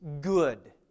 Good